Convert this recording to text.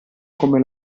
come